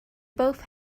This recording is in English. both